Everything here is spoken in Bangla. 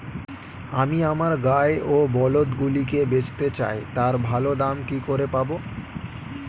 আমি আমার গাই ও বলদগুলিকে বেঁচতে চাই, তার ভালো দাম কি করে পাবো?